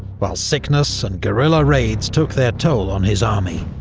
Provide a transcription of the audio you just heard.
while sickness and guerrilla raids took their toll on his army.